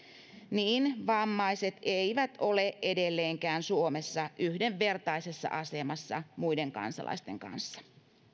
niin vammaiset eivät ole edelleenkään suomessa yhdenvertaisessa asemassa muiden kansalaisten kanssa